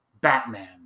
Batman